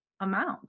amount